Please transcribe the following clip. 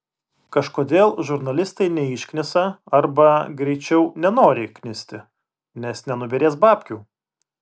kažkodėl žurnalistai neišknisa arba greičiau nenori knisti nes nenubyrės babkių